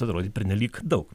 atrodė pernelyg daug